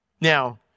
Now